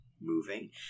moving